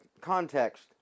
context